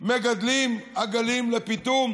מגדלות עגלים לפיטום,